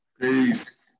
Peace